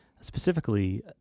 specifically